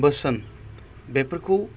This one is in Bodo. बोसोन बेफोरखौ